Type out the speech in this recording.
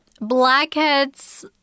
blackheads